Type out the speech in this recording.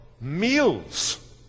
meals